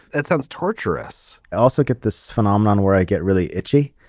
that sounds torturous. i also get this phenomenon where i get really itchy,